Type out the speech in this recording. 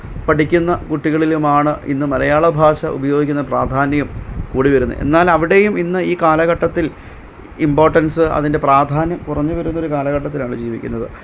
പഠിക്കുന്ന കുട്ടികളിലുമാണ് ഇന്ന് മലയാളഭാഷ ഉപയോഗിക്കുന്ന പ്രാധാന്യം കൂടി വരുന്നത് എന്നാലവിടെയും ഇന്ന് ഈ കാലഘട്ടത്തില് ഇമ്പോട്ടന്സ്സ് അതിന്റെ പ്രാധാന്യം കുറഞ്ഞുവരുന്നൊരു കാലഘട്ടത്തിലാണ് ജീവിക്കുന്നത്